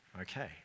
okay